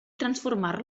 transformar